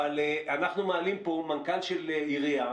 אבל אנחנו מעלים פה מנכ"ל של עירייה